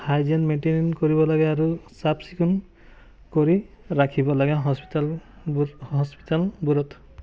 hygiene maintain কৰিব লাগে আৰু চাফ চিকুণ কৰি ৰাখিব লাগে হস্পিটেলবোৰ হস্পিটেলবোৰত